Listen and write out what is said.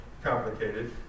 complicated